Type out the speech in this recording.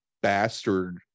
bastard